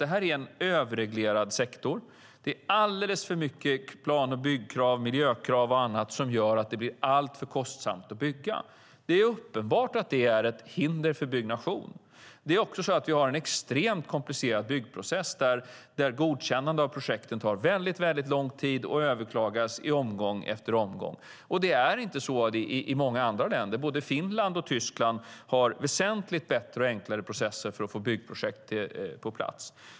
Det är en överreglerad sektor, och det är alldeles för mycket plan och byggkrav, miljökrav och annat som gör att det blir alltför kostsamt att bygga. Det är uppenbart ett hinder för byggnation. Vi har också en extremt komplicerad byggprocess där godkännande av projekten tar lång tid och överklagas i omgång efter omgång. Så är det inte i många andra länder. Både Finland och Tyskland har väsentligt bättre och enklare processer för att få byggprojekt på plats.